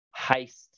heist